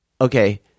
okay